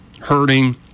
hurting